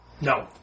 No